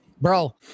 Bro